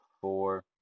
four